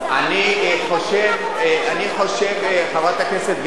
אני חושב, חברת הכנסת גלאון,